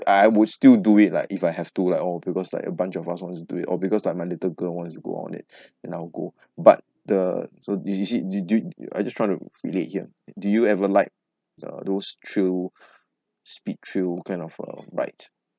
I would still do it like if I have to like oh because like a bunch of us wants to do it or because like my little girl wants to go on it and I'll go but the so did you see did did I just trying to relate here do you ever like the those thrill speed thrill kind of uh rides